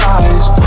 eyes